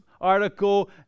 article